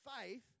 faith